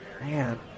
Man